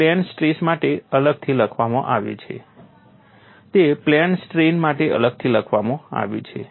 તે plane stress માટે અલગથી લખવામાં આવ્યું છે તે પ્લેન સ્ટ્રેન માટે અલગથી લખવામાં આવ્યું છે